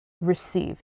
receive